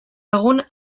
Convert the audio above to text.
egun